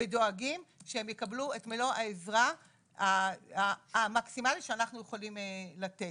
ודואגים שהם יקבלו את מלא העזרה המקסימלית שאנחנו יכולים לתת.